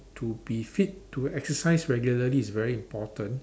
to be fit to exercise regularly is very important